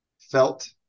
felt